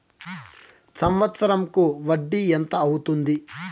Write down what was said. సంవత్సరం కు వడ్డీ ఎంత అవుతుంది?